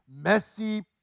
messy